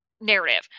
narrative